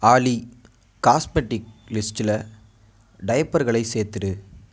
ஆலி காஸ்மெடிக் லிஸ்ட்டில் டயபர்களைச் சேர்த்துவிடு